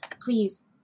Please